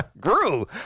Grew